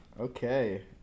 Okay